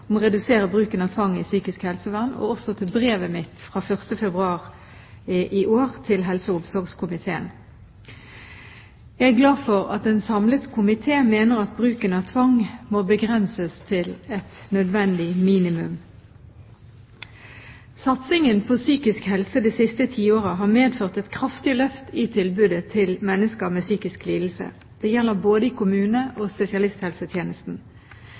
om å redusere bruken av tvang i psykisk helsevern, og også til mitt brev av 1. februar i år til helse- og omsorgskomiteen. Jeg er glad for at en samlet komité mener at bruken av tvang må begrenses til et nødvendig minimum. Satsingen på psykisk helse det siste tiåret har medført et kraftig løft i tilbudet til mennesker med psykisk lidelse. Det gjelder både i kommune- og spesialisthelsetjenesten.